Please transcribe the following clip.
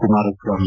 Kumaraswamy